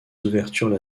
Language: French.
ouvertures